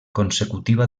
consecutiva